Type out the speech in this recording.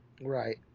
Right